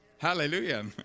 Hallelujah